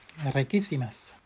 riquísimas